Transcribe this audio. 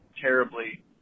terribly